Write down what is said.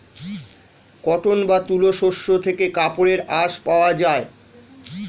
cotton বা তুলো শস্য থেকে কাপড়ের আঁশ পাওয়া যায়